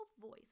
voice